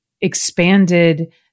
expanded